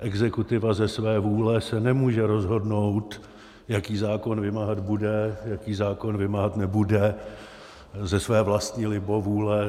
Exekutiva ze své vůle se nemůže rozhodnout, jaký zákon vymáhat bude, jaký zákon vymáhat nebude ze své vlastní libovůle.